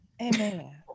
amen